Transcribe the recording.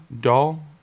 doll